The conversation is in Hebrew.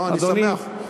אני שמח.